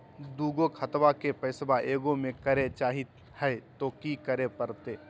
दू गो खतवा के पैसवा ए गो मे करे चाही हय तो कि करे परते?